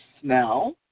smell